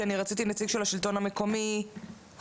כי אני רציתי נציג של השלטון המקומי הכללי.